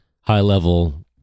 High-level